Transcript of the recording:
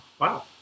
Wow